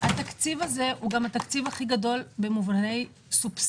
התקציב הזה הוא גם התקציב הכי גדול במובני סובסידיה.